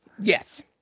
Yes